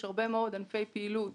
יש הרבה מאוד ענפי פעילות